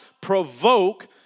provoke